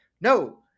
No